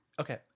Okay